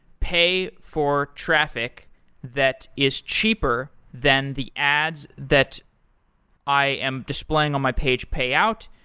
pay for traffic that is cheaper than the ads that i am displaying on my page pay out.